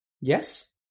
yes